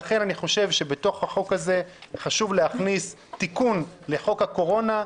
לכן אני חושב שבתוך החוק הזה חשוב להכניס תיקון לחוק הקורונה,